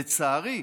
לצערי,